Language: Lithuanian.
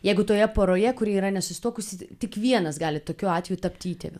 jeigu toje poroje kuri yra nesusituokusi tik vienas gali tokiu atveju tapti įtėviu